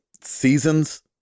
seasons